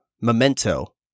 memento